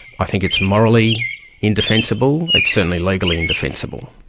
i think it's morally indefensible, it's certainly legally indefensible.